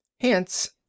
Hence